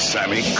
Sammy